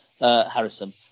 Harrison